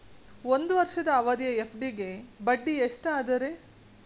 ಒಂದ್ ವರ್ಷದ ಅವಧಿಯ ಎಫ್.ಡಿ ಗೆ ಬಡ್ಡಿ ಎಷ್ಟ ಅದ ರೇ?